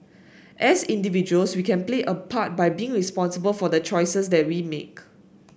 as individuals we can play a part by being responsible for the choices that we make